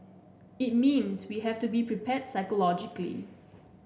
it means we have to be prepared psychologically